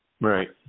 Right